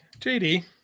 JD